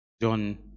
John